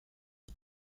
een